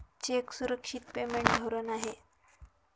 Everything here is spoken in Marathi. चेक सुरक्षित पेमेंट धोरण आहे